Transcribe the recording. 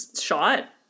shot